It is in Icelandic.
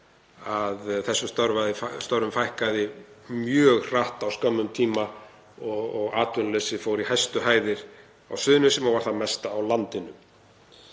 þessum störfum fækkaði mjög hratt á skömmum tíma og atvinnuleysið fór í hæstu hæðir á Suðurnesjum og var þá það mesta á landinu.